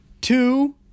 two